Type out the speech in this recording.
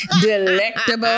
delectable